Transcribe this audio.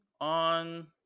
on